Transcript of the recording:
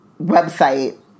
website